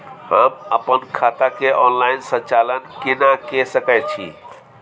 हम अपन खाता के ऑनलाइन संचालन केना के सकै छी?